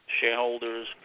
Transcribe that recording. Shareholders